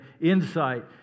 insight